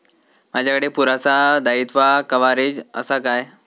माजाकडे पुरासा दाईत्वा कव्हारेज असा काय?